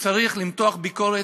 כשצריך למתוח ביקורת,